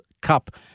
cup